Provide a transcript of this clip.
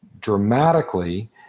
dramatically